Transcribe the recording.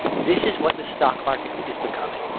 this is what the stock market is becoming.